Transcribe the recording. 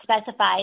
specified